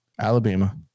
Alabama